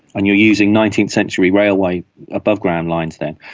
and you're using nineteenth century railway above-ground lines there.